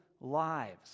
lives